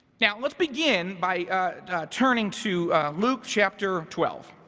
now, let's begin by turning to luke chapter twelve